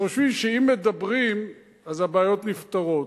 שחושבים שאם מדברים אז הבעיות נפתרות.